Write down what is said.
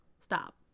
Stop